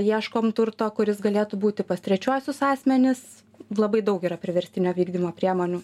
ieškom turto kuris galėtų būti pas trečiuosius asmenis labai daug yra priverstinio vykdymo priemonių